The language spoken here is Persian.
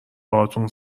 باهاتون